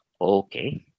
Okay